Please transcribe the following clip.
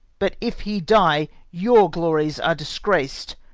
but, if he die, your glories are disgrac'd,